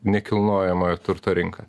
nekilnojamojo turto rinka